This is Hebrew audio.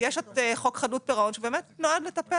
יש את חוק חדלות פירעון שבאמת נועד לטפל